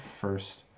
first